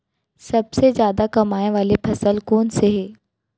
सबसे जादा कमाए वाले फसल कोन से हे?